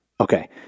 okay